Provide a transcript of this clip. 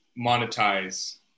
monetize